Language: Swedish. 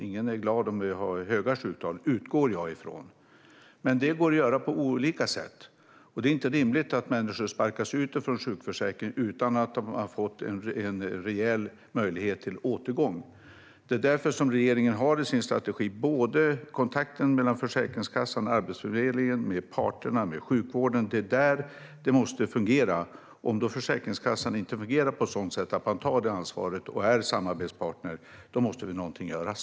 Ingen är glad om vi har höga sjuktal, utgår jag från. Men det går att göra på olika sätt, och det är inte rimligt att människor sparkas ut från sjukförsäkringen utan att ha fått en reell möjlighet till återgång. Det är därför regeringen har i sin strategi att Försäkringskassan och Arbetsförmedlingen ska ha kontakt med parterna och sjukvården. Det är där det måste fungera. Om Försäkringskassan inte fungerar på ett sådant sätt att man tar det ansvaret och är samarbetspartner, då måste någonting göras.